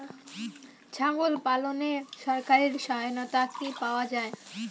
ছাগল পালনে সরকারি সহায়তা কি পাওয়া যায়?